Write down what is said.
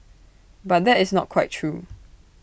but that is not quite true